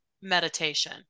meditation